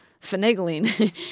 finagling